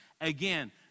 Again